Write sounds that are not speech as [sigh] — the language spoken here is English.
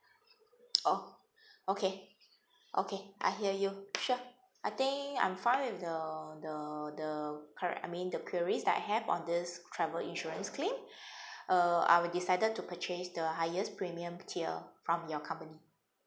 oh okay okay I hear you sure I think I'm fine with the the the quer~ I mean the queries I have on this travel insurance claim [breath] uh I have decided to purchase the highest premium tier from your company